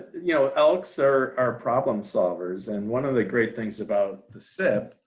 you know elks are our problem solvers, and one of the great things about the cip